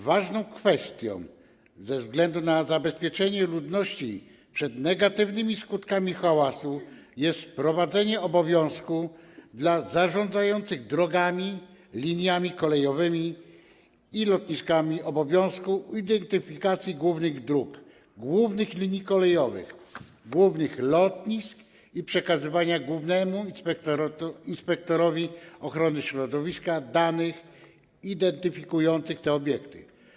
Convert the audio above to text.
Ważną kwestią ze względu na zabezpieczenie ludności przed negatywnymi skutkami hałasu jest wprowadzenie dla zarządzających drogami, liniami kolejowymi i lotniskami obowiązku identyfikacji głównych dróg, głównych linii kolejowych, głównych lotnisk i przekazywania głównemu inspektorowi ochrony środowiska danych identyfikujących te obiekty.